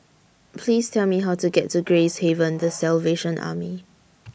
Please Tell Me How to get to Gracehaven The Salvation Army